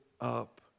up